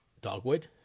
Dogwood